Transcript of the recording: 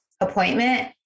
appointment